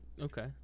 Okay